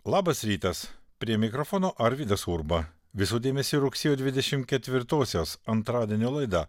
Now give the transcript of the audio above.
labas rytas prie mikrofono arvydas urba visų dėmesiui rugsėjo dvidešim ketvirtosios antradienio laida